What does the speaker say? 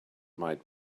might